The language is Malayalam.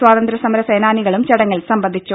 സ്വാതന്ത്ര്യസമര സേനാനികളും ചടങ്ങിൽ സംബന്ധിച്ചു